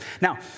Now